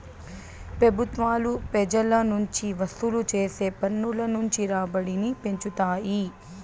పెబుత్వాలు పెజల నుంచి వసూలు చేసే పన్నుల నుంచి రాబడిని పెంచుతాయి